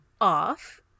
off